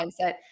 mindset